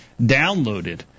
downloaded